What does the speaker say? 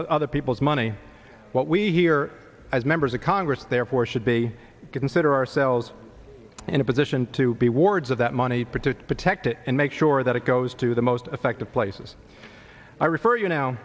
other people's money what we hear as members of congress therefore should be consider ourselves in a position to be wards of that money part to protect it and make sure that it goes to the most effective places i refer you now